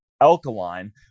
alkaline